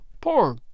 Poor